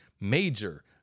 major